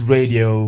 Radio